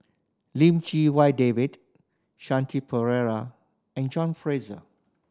Lim Chee Wai David Shanti Pereira and John Fraser